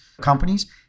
companies